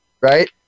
right